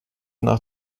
nach